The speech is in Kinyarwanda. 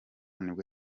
nibwo